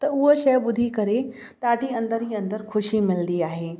त उहा शइ ॿुधी करे ॾाढी अंदर ई अंदर ख़ुशी मिलंदी आहे